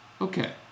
Okay